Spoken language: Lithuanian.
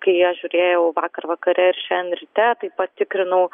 kai aš žiūrėjau vakar vakare ir šiandien ryte tai patikrinau